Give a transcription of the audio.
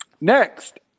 Next